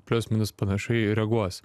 plius minus panašiai ir reaguos